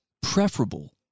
preferable